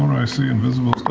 i see invisible